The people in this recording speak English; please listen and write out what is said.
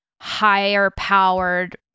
higher-powered